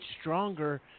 stronger